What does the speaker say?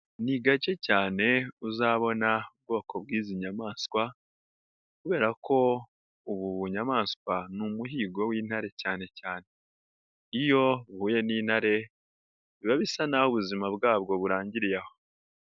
Ni gake cyane uzabona ubwoko bw'izi nyamaswa kubera ko ubu bunyamaswa ni umuhigo w'intare cyane cyane, iyo uhuye n'intare biba bisa n'aho ubuzima bwabwo burangiriye aho.